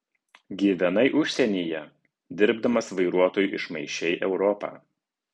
gyvenai užsienyje dirbdamas vairuotoju išmaišei europą